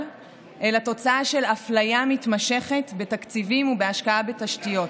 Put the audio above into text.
אלא תוצאה של אפליה מתמשכת בתקציבים ובהשקעה בתשתיות.